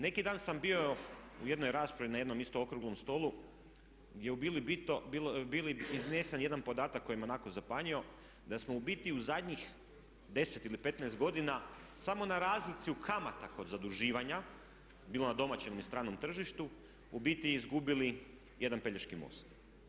Neki dan sam bio u jednoj raspravi na jednom isto okruglom stolu, gdje je u biti iznesen jedan podatak koji me onako zapanjio, da smo u biti u zadnjih 10 ili 15 godina samo na razlici u kamata kod zaduživanja bilo na domaćem ili stranom tržištu u biti izgubili jedan Pelješki most.